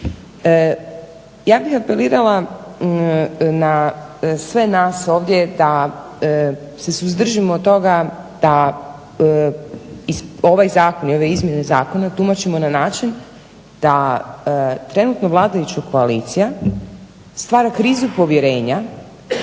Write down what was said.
Ja bih apelirala na sve nas ovdje da se suzdržimo toga da ovaj Zakon i ove izmjene Zakona tumačimo na način da trenutno vladajuća koalicija stvara krizu povjerenja